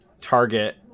Target